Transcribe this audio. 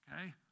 okay